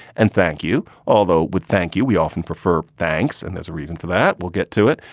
and thank you. although with thank you, we often prefer. thanks. and there's a reason for that. we'll get to it.